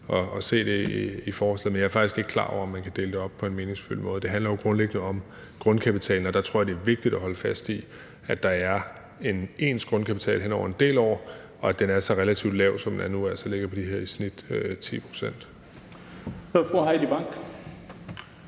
at se det i forslaget. Men jeg er faktisk ikke klar over, om man kan dele det op på en meningsfyldt måde, det handler jo grundliggende om grundkapitalen, og der tror jeg, det er vigtigt at holde fast i, at der er en ens grundkapital hen over en del år, og at den er så relativt lav, som den er nu, og altså ligger i snit på